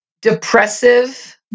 depressive